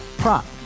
prop